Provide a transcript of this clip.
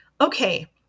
Okay